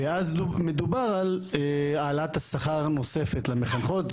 ואז מדובר על העלאת השכר נוספת למחנכות,